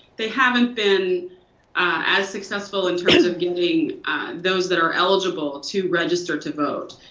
they haven't been as successful in terms of getting those that are eligible to register to vote.